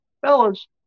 fellas